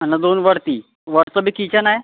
आणि दोन वरती वरचं बी किचन आहे